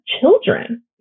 children